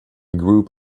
group